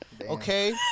okay